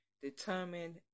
determined